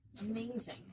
amazing